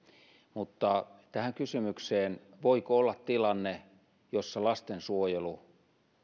mutta tähän kysymykseen että voiko olla tilanne jossa lastensuojelu